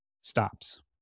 stops